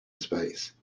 space